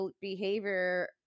behavior